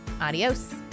Adios